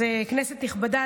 אז כנסת נכבדה,